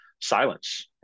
silence